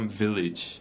village